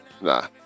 Nah